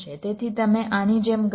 તેથી તમે આની જેમ ગણતરી કરો